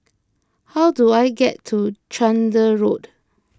how do I get to Chander Road